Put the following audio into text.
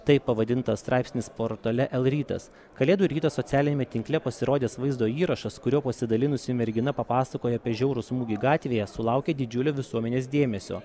taip pavadintas straipsnis portale lrytas kalėdų rytą socialiniame tinkle pasirodęs vaizdo įrašas kuriuo pasidalinusi mergina papasakojo apie žiaurų smūgį gatvėje sulaukė didžiulio visuomenės dėmesio